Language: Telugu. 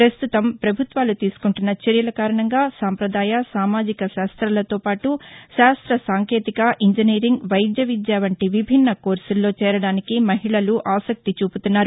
ప్రస్తుతం ప్రభుత్వాలు తీసుకుంటున్న చర్యల కారణంగా సంప్రదాయ సామాజిక శాస్తాలతో పాటు శాస్త సాంకేతిక ఇంజినీరింగ్ వైద్య విద్య వంటి విభిన్న కోర్సుల్లో చేరడానికి ఆసక్తి చూపుతున్నారు